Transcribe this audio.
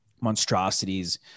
Monstrosities